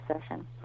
session